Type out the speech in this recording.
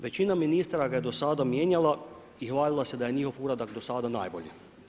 Većina, ministra ga je do sada mijenjala i hvalila se da je njihov uradak do sada najbolji.